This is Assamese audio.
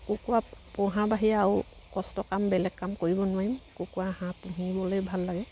কুকুৰা পোহা বাহিৰে আৰু কষ্টৰ কাম বেলেগ কাম কৰিব নোৱাৰিম কুকুৰা হাঁহ পুহিবলেই ভাল লাগে